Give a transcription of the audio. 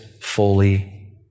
fully